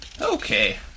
Okay